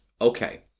Okay